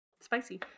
Spicy